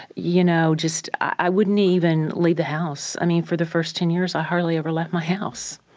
you know, just i wouldn't even leave the house. i mean for the first ten years i hardly ever left my house